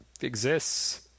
Exists